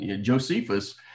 Josephus